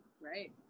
right